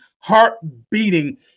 heart-beating